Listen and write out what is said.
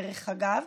דרך אגב,